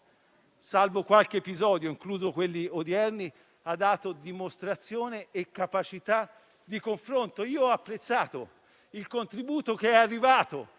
salvo qualche episodio - inclusi quelli odierni - ha dato dimostrazione e capacità di confronto. Ho apprezzato il contributo che è arrivato